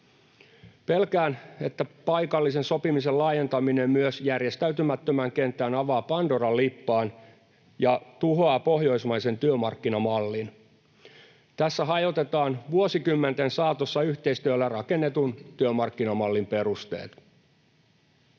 Pelkään, että paikallisen sopimisen laajentaminen myös järjestäytymättömään kenttään avaa pandoran lippaan ja tuhoaa pohjoismaisen työmarkkinamallin. Tässä hajotetaan vuosikymmenten saatossa yhteistyöllä rakennetun työmarkkinamallin perusteet.